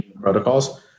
protocols